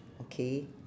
okay